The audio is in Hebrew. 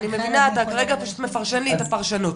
אני מבינה אתה כרגע פשוט מפרשן לי את הפרשנות,